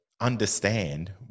understand